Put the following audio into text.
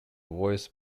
voice